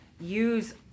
use